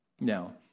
Now